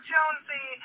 Jonesy